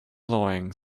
blowing